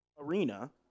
arena